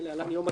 יום התחילה),